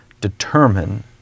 determine